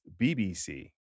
BBC